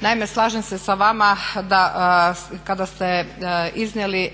Naime, slažem se s vama da kada ste iznijeli